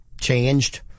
changed